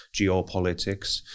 geopolitics